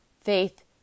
faith